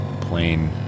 plain